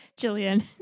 Jillian